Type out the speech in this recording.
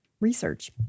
research